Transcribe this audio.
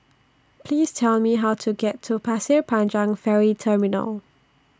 Please Tell Me How to get to Pasir Panjang Ferry Terminal